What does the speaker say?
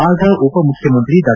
ಆಗ ಉಪಮುಖ್ಯಮಂತ್ರಿ ಡಾ